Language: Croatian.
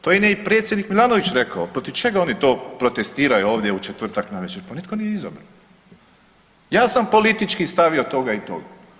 To im je i predsjednik Milanović rekao, protiv čega oni to protestiraju ovdje u četvrtak navečer, pa nitko nije izabran, ja sam politički stavio toga i toga.